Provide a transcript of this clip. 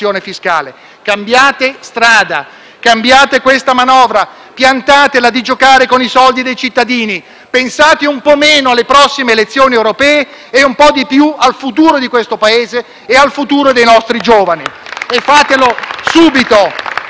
piantatela di giocare con i soldi dei cittadini. Pensate un po' meno alle prossime elezioni europee e un po' di più al futuro di questo Paese e al futuro dei nostri giovani e fatelo subito, prima che sia troppo tardi.